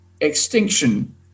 extinction